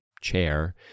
chair